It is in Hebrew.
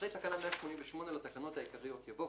אחרי תקנה 188 לתקנות העיקריות יבוא: